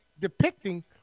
depicting